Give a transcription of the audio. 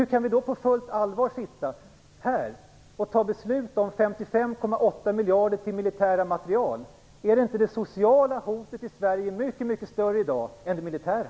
Hur kan vi då på fullt allvar sitta här och fatta beslut om 55,8 miljarder till militära materiel? Är inte det sociala hotet i Sverige mycket större i dag än det militära?